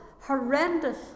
horrendous